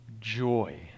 joy